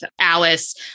Alice